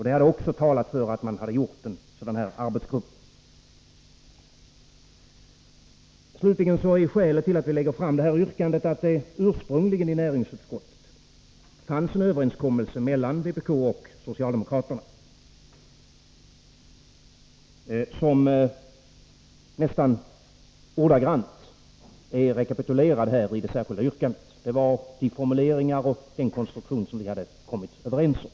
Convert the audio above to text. Det talar också för att en arbetsgrupp som den av oss föreslagna borde ha tillsatts. Skälet till att vi ställer detta särskilda yrkande är att det i näringsutskottet ursprungligen fanns en överenskommelse mellan vpk och socialdemokrater 75 na, vars lydelse nästan ordagrant är rekapitulerad i det särskilda yrkandet. Det var den konstruktion som vi hade kommit överens om.